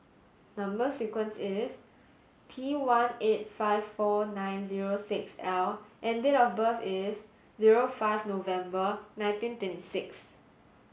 number sequence is T one eight five four nine zero six L and date of birth is zero five November nineteen twenty six